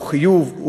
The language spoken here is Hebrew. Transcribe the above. הוא חיוב,